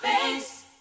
face